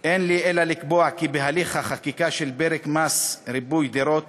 "אין לי אלא לקבוע כי בהליך החקיקה של פרק מס ריבוי דירות